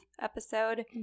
episode